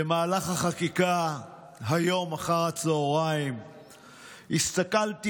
במהלך החקיקה היום אחר הצוהריים הסתכלתי